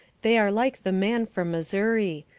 they are like the man from missouri.